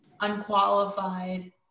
unqualified